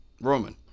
Roman